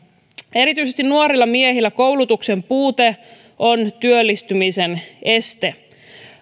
erityisesti nuorilla miehillä koulutuksen puute on työllistymisen este